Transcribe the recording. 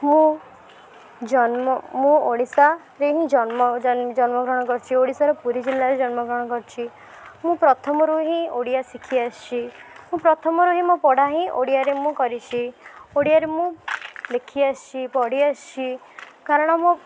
ମୁଁ ଜନ୍ମ ମୁଁ ଓଡ଼ିଶାରେ ହିଁ ଜନ୍ମ ଜନ ଜନ୍ମ ଗ୍ରହଣ କରିଛି ଓଡ଼ିଶାର ପୁରୀ ଜିଲ୍ଲାରେ ଜନ୍ମ ଗ୍ରହଣ କରିଛି ମୁଁ ପ୍ରଥମରୁ ହିଁ ଓଡ଼ିଆ ଶିଖି ଆସିଛି ମୁଁ ପ୍ରଥମରୁ ହିଁ ମୋ ପଢ଼ା ହିଁ ଓଡ଼ିଆରେ ମୁଁ କରିଛି ଓଡ଼ିଆରେ ମୁଁ ଲେଖି ଆସିଛି ପଢ଼ି ଆସିଛି କାରଣ ମୋ